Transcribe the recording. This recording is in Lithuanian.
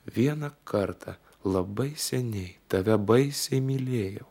vieną kartą labai seniai tave baisiai mylėjau